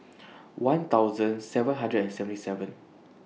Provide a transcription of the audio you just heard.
one thousand seven hundred and seventy seven